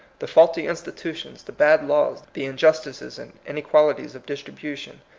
the faulty institutions, the bad laws, the injustices and inequalities of distribution,